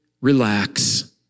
relax